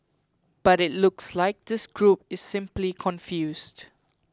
but it looks like this group is simply confused